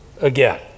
again